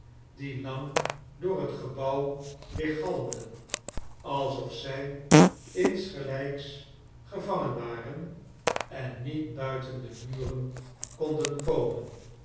die lang door het gebouw weergalmden alsof zij insgelijks gevangen waren en niet buiten de muren konden komen